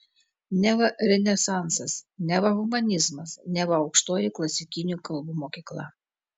neva renesansas neva humanizmas neva aukštoji klasikinių kalbų mokykla